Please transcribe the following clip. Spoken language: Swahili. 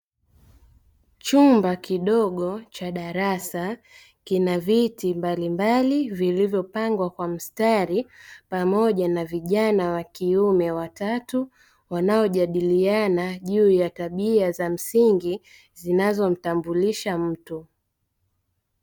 Chumba kidogo cha darasa, kina viti mbalimbali vilivyopangwa kwa mstari pamoja na vijana wa kiume watatu, wanaojadiliana juu ya tabia za msingi zinazomtambulisha mtu.